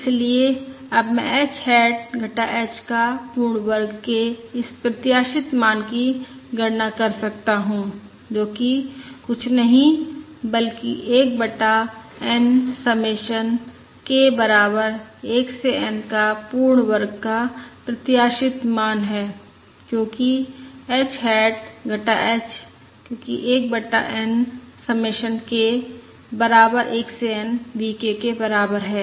इसलिए अब मैं h हैट घटा h का पूर्ण वर्ग के इस प्रत्याशित मान की गणना कर सकता हूं जो कि कुछ नहीं बल्कि 1 बटा N समेशन k बराबर 1 से N V k का पूर्ण वर्ग का प्रत्याशित मान है क्योंकि h हैट घटा h क्योंकि 1 बटा N समेशन k बराबर 1 से N V k के बराबर है